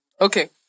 Okay